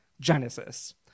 Genesis